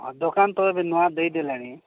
ହଁ ଦୋକାନ ତ ଏବେ ନୂଆ ଦେଇଦେଲେଣି